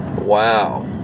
Wow